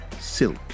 Silk